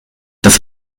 das